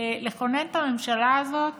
לכונן את הממשלה הזאת